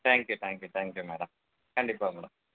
thank you thank you thank you madam கண்டிப்பாக madam